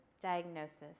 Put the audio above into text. Diagnosis